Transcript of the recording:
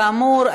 כאמור,